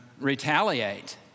retaliate